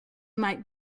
might